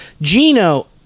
Gino